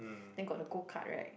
then got the Go Cart right